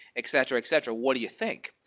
etc, etc, what you think?